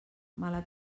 mala